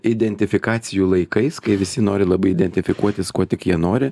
identifikacijų laikais kai visi nori labai identifikuotis kuo tik jie nori